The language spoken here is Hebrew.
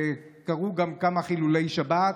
וגם קרו כמה חילולי שבת.